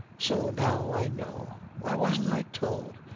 so now i know! why wasn't i told?